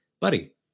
buddy